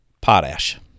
potash